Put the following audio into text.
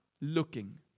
looking